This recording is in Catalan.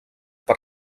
per